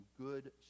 good